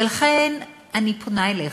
ולכן אני פונה אליך,